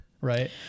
right